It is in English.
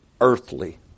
earthly